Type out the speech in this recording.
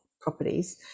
properties